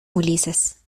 ulises